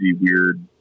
weird